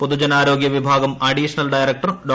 പൊതുജനാരോഗ്യ വിഭാഗം additional director ഡോ